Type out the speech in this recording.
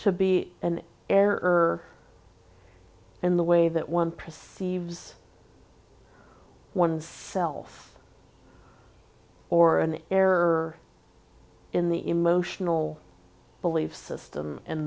to be an error in the way that one perceives one's self or an error in the emotional belief system